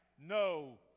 no